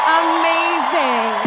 amazing